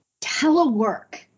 telework